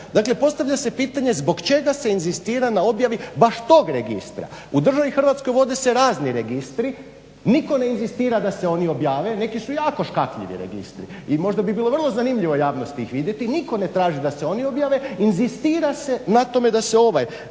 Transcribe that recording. Dakle postavlja se pitanje zbog čega se inzistira na objavi baš tog registra? U državi Hrvatskoj vode se razni registri, nitko ne inzistira da se oni objave. Neki su jako škakljivi registri i možda bi bilo vrlo zanimljivo javnosti ih vidjeti, nitko ne traži da se oni objave, inzistira se na tome da se ovaj